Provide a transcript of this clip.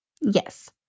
Yes